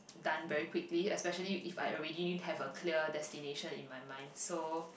done very quickly especially if I already have a clear destination in my mind so